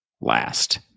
last